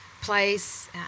place